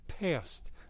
past